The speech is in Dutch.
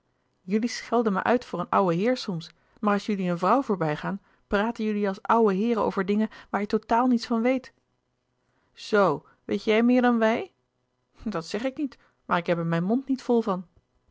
jullie schelden mij uit voor een ouwe heer soms maar als jullie een vrouw voorbij gaan praten jullie als ouwe heeren over dingen waar je totaal niets van weet zoo weet jij meer dan wij dat zeg ik niet maar ik heb er mijn mond niet vol van